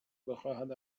بخواهد